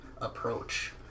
approach